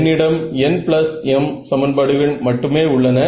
என்னிடம் nm சமன்பாடுகள் மட்டுமே உள்ளன